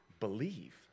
believe